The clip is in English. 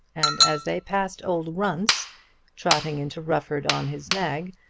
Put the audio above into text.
and as they passed old runce trotting into rufford on his nag,